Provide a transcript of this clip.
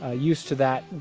ah used to that.